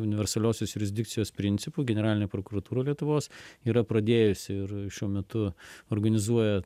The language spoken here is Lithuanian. universaliosios jurisdikcijos principu generalinė prokuratūra lietuvos yra pradėjusi ir šiuo metu organizuoja